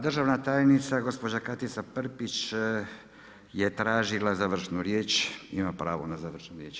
Državna tajnica gospođa Katica Prpić, je tražila završnu riječ, ima pravo na završnu riječ.